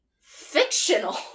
Fictional